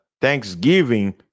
Thanksgiving